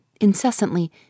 incessantly